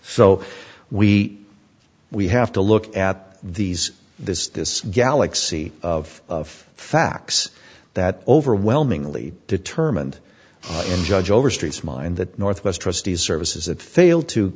so we we have to look at these this this galaxy of facts that overwhelmingly determined and judge over street's mind that northwest trustees services that failed